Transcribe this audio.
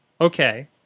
Okay